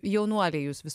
jaunuoliai jūs vis